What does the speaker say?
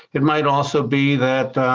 it might also be that